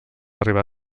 arribar